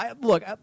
Look